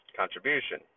contribution